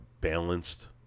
balanced